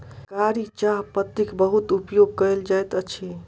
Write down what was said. कारी चाह पत्तीक बहुत उपयोग कयल जाइत अछि